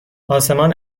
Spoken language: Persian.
آسمان